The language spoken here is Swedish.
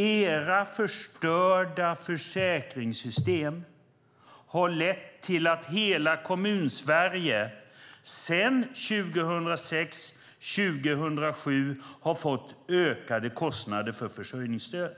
Era förstörda försäkringssystem har lett till att hela Kommunsverige sedan 2006-2007 har fått ökade kostnader för försörjningsstöd.